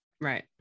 Right